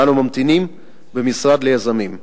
ואנו ממתינים במשרד ליזמים.